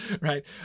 right